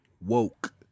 woke